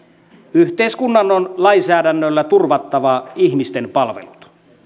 yhteiskunnan on lainsäädännöllä turvattava ihmisten palvelut